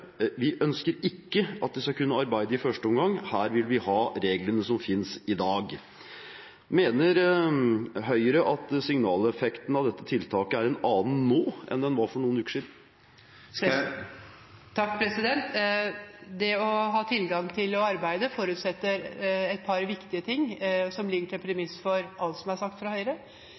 vi ha reglene som finnes i dag». Mener Høyre at signaleffekten av dette tiltaket er en annen nå enn den var for noen uker siden? Det å ha tilgang til å arbeide forutsetter et par viktige ting som ligger som premiss for alt som er sagt fra Høyre,